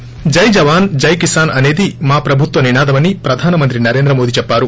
జై జవాన్ జై కిసాన్ అసేది మా ప్రబుత్వ నినాదమని ప్రధాన మంత్రి నరేంద్ర మోడీ చెప్పారు